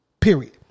Period